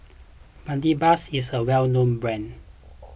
Bedpans is a well known brand